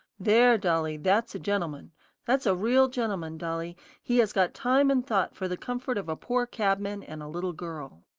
there, dolly, that's a gentleman that's a real gentleman, dolly he has got time and thought for the comfort of a poor cabman and a little girl.